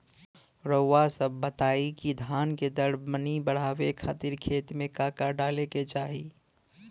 रउआ सभ बताई कि धान के दर मनी बड़ावे खातिर खेत में का का डाले के चाही?